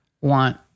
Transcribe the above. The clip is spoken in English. want